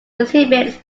exhibits